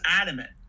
adamant